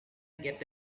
get